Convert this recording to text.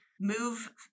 move